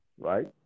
right